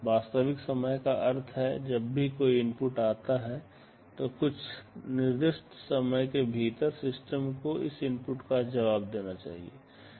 वास्तविक समय का अर्थ है जब भी कोई इनपुट आता है तो कुछ निर्दिष्ट समय के भीतर सिस्टम को उस इनपुट का जवाब देना चाहिए